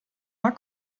war